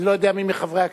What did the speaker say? אני לא יודע מי מחברי הכנסת,